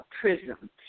prism